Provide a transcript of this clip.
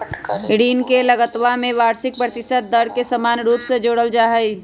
ऋण के लगतवा में वार्षिक प्रतिशत दर के समान रूप से जोडल जाहई